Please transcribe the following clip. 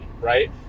right